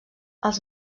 els